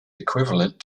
equivalent